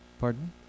Pardon